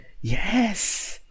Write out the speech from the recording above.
Yes